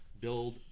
build